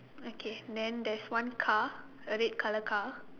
okay then there's one car a red colour car